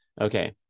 Okay